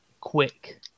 quick